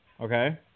Okay